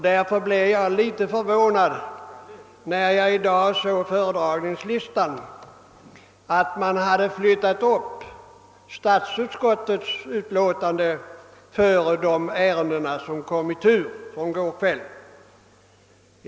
Därför blev jag litet förvånad när jag i dag såg föredragningslistan och fann att man hade flyttat upp statsutskottets utlåtande nr 93 före de ärenden som kom i tur från i går kväll.